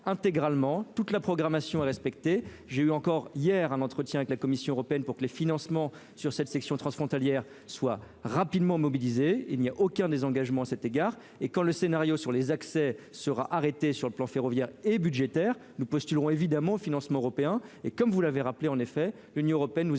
intégralement toute la programmation respecter, j'ai eu encore hier un entretien avec la Commission européenne pour que les financements sur cette section transfrontalière soit rapidement mobilisés, il n'y a aucun désengagement à cet égard et quand le scénario sur les accès sera arrêtée sur le plan ferroviaire et budgétaire nous postuleront évidemment financements européens et, comme vous l'avez rappelé en effet : l'Union européenne nous